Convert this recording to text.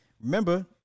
Remember